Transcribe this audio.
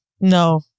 No